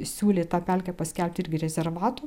siūlė tą pelkę paskelbti irgi rezervatu